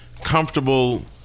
Comfortable